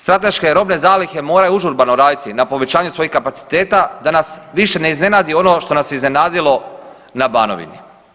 Strateške robne zalihe moraju užurbano raditi na povećanju svojih kapaciteta da nas više ne iznenadi ono što nas je iznenadilo na Banovini.